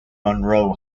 monroe